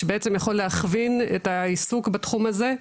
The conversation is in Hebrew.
שבעצם יכול להכווין את העיסוק בתחום הזה,